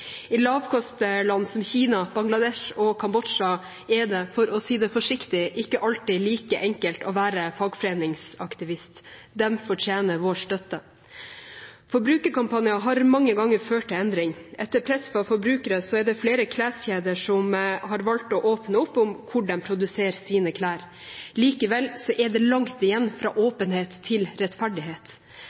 I lavkostland som Kina, Bangladesh og Kambodsja er det, for å si det forsiktig, ikke alltid like enkelt å være fagforeningsaktivist. De fortjener vår støtte. Forbrukerkampanjer har mange ganger ført til endring. Etter press fra forbrukere er det flere kleskjeder som har valgt å åpne opp om hvor de produserer sine klær. Likevel er det langt igjen fra åpenhet til rettferdighet.